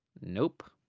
Nope